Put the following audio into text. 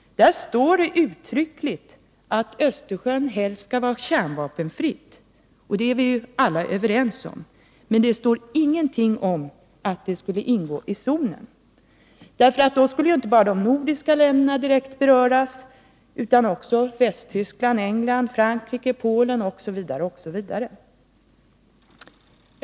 Där står det uttryckligen att Östersjön helst skall vara kärnvapenfri, och det är vi alla överens om, men det står ingenting om att Östersjön skall ingå i zonen. Då skulle inte bara de nordiska länderna utan också Västtyskland, England, Frankrike, Polen osv. direkt beröras.